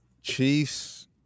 Chiefs